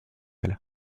elle